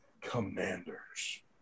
commanders